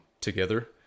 together